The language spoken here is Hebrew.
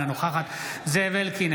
אינה נוכחת זאב אלקין,